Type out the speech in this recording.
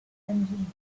engine